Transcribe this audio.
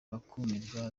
bakumirwa